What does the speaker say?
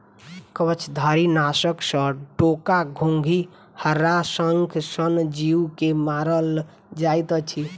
कवचधारीनाशक सॅ डोका, घोंघी, हराशंख सन जीव के मारल जाइत अछि